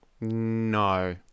No